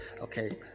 Okay